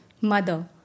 mother